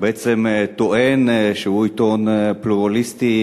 שטוען שהוא עיתון פלורליסטי,